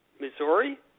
Missouri